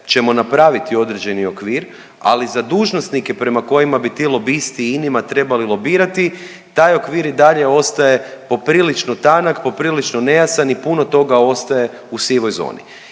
ćemo napraviti određeni okvir, ali za dužnosnike prema kojima bi ti lobisti i inima trebali lobirati, taj okvir i dalje ostaje poprilično tanak, poprilično nejasan i puno toga ostaje u sivoj zoni.